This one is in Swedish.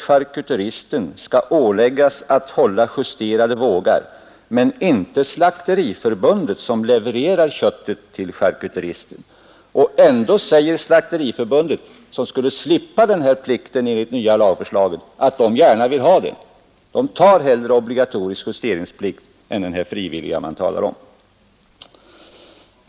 charkuteristen skall åläggas att hålla justerade vågar men inte Slakteriförbundet, som levererar köttet till charkuteristen. Och ändå säger Slakteriförbundet, som skulle slippa plikten enligt det nya lagförslaget, att det gärna vill ha den. Det tar hellre obligatorisk justering än den frivilliga man talar om.